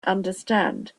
understand